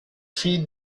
feed